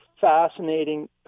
fascinating